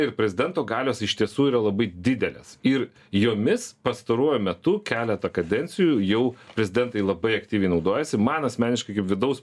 ir prezidento galios iš tiesų yra labai didelės ir jomis pastaruoju metu keletą kadencijų jau prezidentai labai aktyviai naudojasi man asmeniškai kaip vidaus